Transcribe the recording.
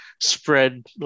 spread